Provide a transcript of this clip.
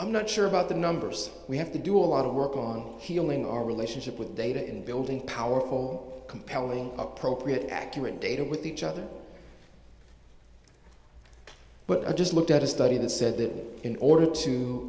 i'm not sure about the numbers we have to do a lot of work on healing our relationship with data and building powerful compelling appropriate accurate data with each other but i just looked at a study that said that in order to